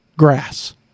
grass